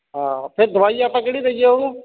ਹਾਂ ਫਿਰ ਦਵਾਈ ਆਪਾਂ ਕਿਹੜੀ ਦਈਏ ਉਹਨੂੰ